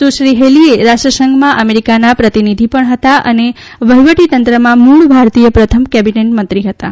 સુશ્રી Haley રાષ્ટ્રસંઘમાં અમેરિકાના પ્રતિનિધિ પણ હતાં અને વહીવટીતંત્રમાં મૂળ ભારતીય પ્રથમ કેબિનેટ મંત્રી હતાં